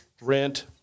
rent